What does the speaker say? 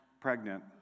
pregnant